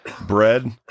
bread